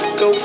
go